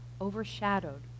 overshadowed